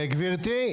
גברתי,